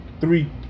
three